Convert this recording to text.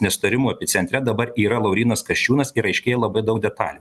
nesutarimų epicentre dabar yra laurynas kasčiūnas ir aiškėja labai daug detalių